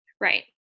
Right